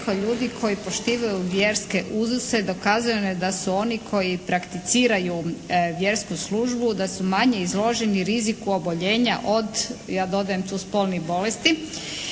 «Ljudi koji poštivaju vjerske uzuse dokazano je da su oni koji prakticiraju vjersku službu da su manje izloženi riziku oboljenja od» ja dodajem tu spolnih bolesti.